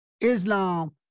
Islam